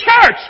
church